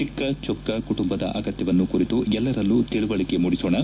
ಚಿಕ್ಕ ಚೊಕ್ಕ ಕುಟುಂಬದ ಅಗತ್ಯವನ್ನು ಕುರಿತು ಎಲ್ಲರಲ್ಲೂ ತಿಳುವಳಕೆ ಮೂಡಿಸೋಣ